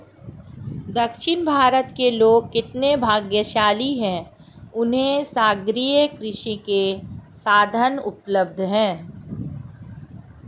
दक्षिण भारत के लोग कितने भाग्यशाली हैं, उन्हें सागरीय कृषि के साधन उपलब्ध हैं